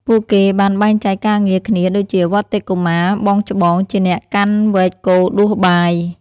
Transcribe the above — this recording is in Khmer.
ពួកគេបានបែងចែកការងារគ្នាដូចជា វត្តិ កុមារ (បងច្បង) ជាអ្នកកាន់វែកកូរដួសបាយ។